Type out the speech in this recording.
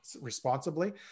responsibly